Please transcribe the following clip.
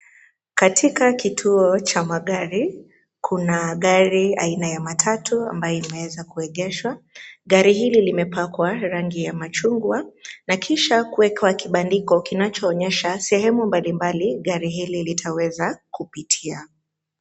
Katika kituo cha magari, kuna gari aina ya matatu ambayo imeweza kuegeshwa. Gari hili limepakwa rangi ya machungwa, na kisha kuwekwa kibandiko kinachoonyesha sehemu mbalimbali gari hili litaweza kupitia.